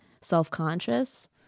self-conscious